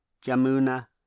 Jamuna